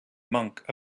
monk